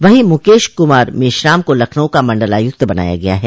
वहीं मुकेश कुमार मेश्राम को लखनऊ का मंडलायुक्त बनाया गया है